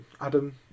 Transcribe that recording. Adam